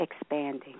Expanding